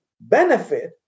benefit